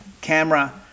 camera